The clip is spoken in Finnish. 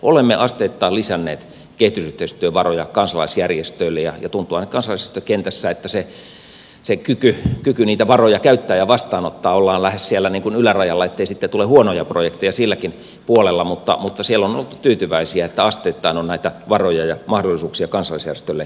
olemme asteittain lisänneet kehitysyhteistyövaroja kansalaisjärjestöille ja tuntuu ainakin kansalaisjärjestökentässä että siinä kyvyssä niitä varoja käyttää ja vastaanottaa ollaan lähes siellä ylärajalla ettei sitten tule huonoja projekteja silläkin puolella mutta siellä on oltu tyytyväisiä että asteittain on näitä varoja ja mahdollisuuksia kansalaisjärjestöille lisätty